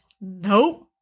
Nope